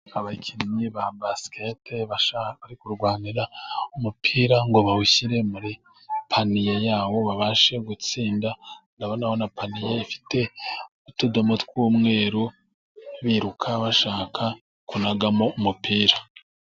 Abakinnyi ba basketball bari kurwanira umupira ngo bawushyire muri pane yawo, babashe gutsinda .Ndabona na paniye ifite utudomo tw'umweru barimo kwiruka bashaka kunagamo umupira.